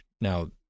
Now